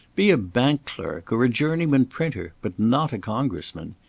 be a bank-clerk, or a journeyman printer, but not a congressman.